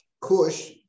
Kush